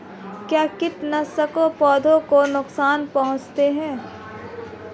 क्या कीटनाशक पौधों को नुकसान पहुँचाते हैं?